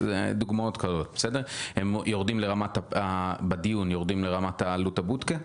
היא יורדת בדיון לרמת עלות הבוטקה?